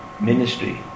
ministry